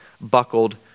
buckled